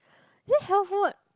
actually health food